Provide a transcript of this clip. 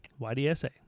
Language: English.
YDSA